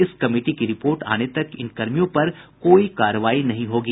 इस कमिटी की रिपोर्ट आने तक इन कर्मियों पर कोई कार्रवाई नहीं होगी